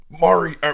Mario